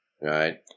right